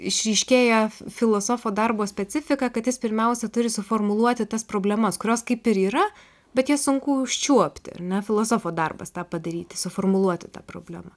išryškėja filosofo darbo specifika kad jis pirmiausia turi suformuluoti tas problemas kurios kaip ir yra bet jas sunku užčiuopti ar ne filosofo darbas tą padaryti suformuluoti tą problemą